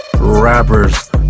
Rappers